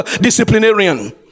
disciplinarian